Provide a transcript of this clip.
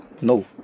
No